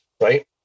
right